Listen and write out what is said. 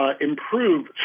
improve